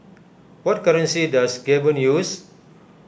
what currency does Gabon use